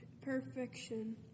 perfection